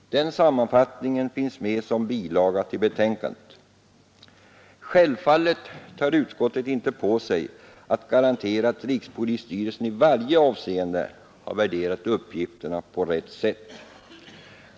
Den sammanfattningen finns med som bilaga till betänkandet. Självfallet tar utskottet inte på sig att garantera att rikspolisstyrelsen i varje avseende har värderat uppgifterna på rätt sätt.